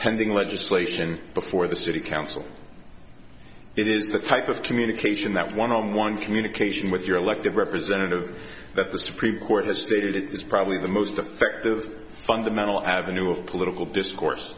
pending legislation before the city council it is the type of communication that one on one communication with your elected representative that the supreme court has stated it is probably the most effective fundamental avenue of political discourse